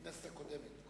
בכנסת הקודמת.